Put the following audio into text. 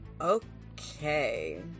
Okay